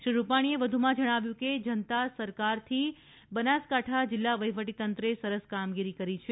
શ્રી રૂપાણીએ વધુમાં જણાવ્યું છે કે જનતા સરકારથી બનાસકાંઠા જીલ્લા વહીવટીતંત્રે સરસ કામગીરી કરી છે